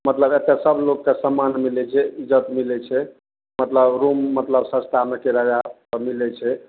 मतलब एतऽ सब लोकके सम्मान मिलय छै इज्जत मिलय छै मतलब रूम मतलब सस्तामे किराया सब मिलय छै